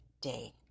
day